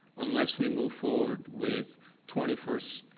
unless we move forward with twenty first,